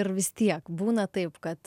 ir vis tiek būna taip kad